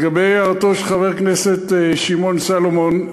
לגבי הערתו של חבר הכנסת שמעון סולומון,